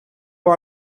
που